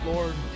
Lord